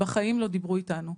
בחיים לא דיברו איתנו.